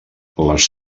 les